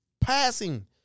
Passing